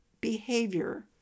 behavior